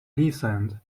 listened